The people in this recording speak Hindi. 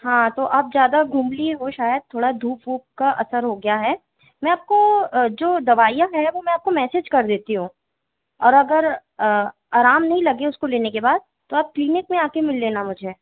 हाँ तो आप ज्यादा घूम लिए हो शायद थोड़ा धूप वूप का असर हो गया है मैं आपको जो दवाइयाँ हैं वो मैं आपको मैसेज कर देती हूँ और अगर आराम नहीं लगे उसको लेने के बाद तो आप क्लीनिक में आके मिल लेना मुझे